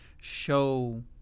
show